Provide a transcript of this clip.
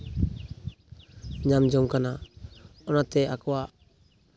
ᱧᱟᱢ ᱡᱚᱝ ᱠᱟᱱᱟ ᱚᱱᱟ ᱛᱮ ᱟᱠᱚᱣᱟᱜ